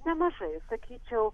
nemažai sakyčiau